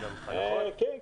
כן.